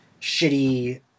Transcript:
shitty